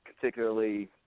particularly